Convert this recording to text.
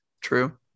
true